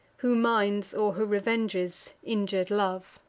who minds, or who revenges, injur'd love.